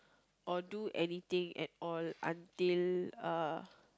or do anything at all until uh